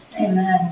Amen